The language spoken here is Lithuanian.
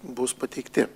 bus pateikti